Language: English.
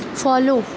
follow